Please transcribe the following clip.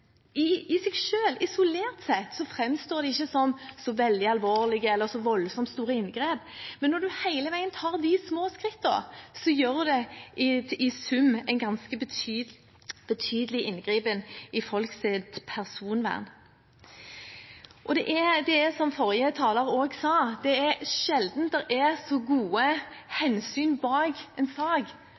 de i seg selv, isolert sett, ikke framstår som så veldig alvorlige eller som så voldsomt store inngrep, men når en hele veien tar de små skrittene, utgjør de i sum en ganske betydelig inngripen i folks personvern. Og det er som forrige taler sa, at det er sjelden det er så gode hensyn bak en sak